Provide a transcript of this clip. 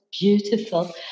beautiful